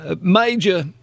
major